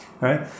Right